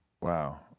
Wow